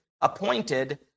appointed